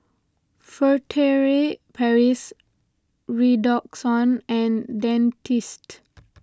Furtere Paris Redoxon and Dentiste